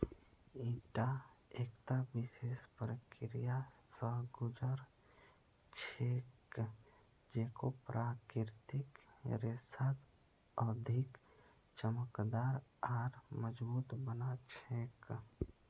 ईटा एकता विशेष प्रक्रिया स गुज र छेक जेको प्राकृतिक रेशाक अधिक चमकदार आर मजबूत बना छेक